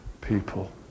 people